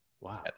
wow